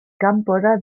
kanpora